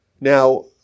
Now